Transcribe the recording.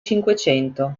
cinquecento